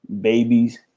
babies